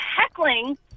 heckling